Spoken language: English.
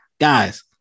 guys